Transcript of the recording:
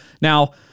Now